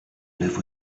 live